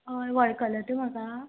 हय वळखलो तूं म्हाका